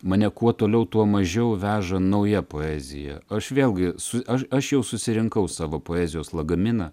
mane kuo toliau tuo mažiau veža nauja poezija aš vėlgi su aš aš jau susirinkau savo poezijos lagaminą